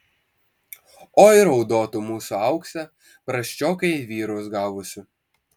oi raudotų mūsų auksė prasčioką į vyrus gavusi